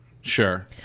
Sure